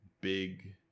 big